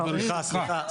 סליחה,